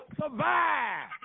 survive